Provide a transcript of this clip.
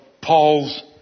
Paul's